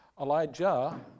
Elijah